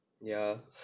ya